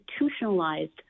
institutionalized